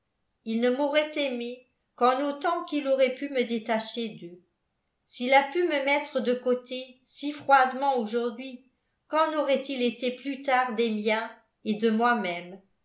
il ne m'aurait aimée qu'en autant qu'il aurait pu me détacher d'eux s'il a pu me mettre de côté si froidement aujourd'hui qu'en aurait-il été plus tard des miens et de moi-même